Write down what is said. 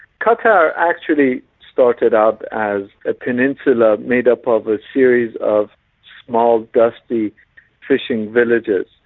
qatar actually started out as a peninsula made up of a series of small, dusty fishing villages.